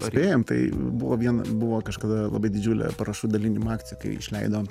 norėjom tai buvo viena buvo kažkada labai didžiulė parašų dalinimo akciją kai išleidom